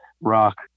rock